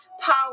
power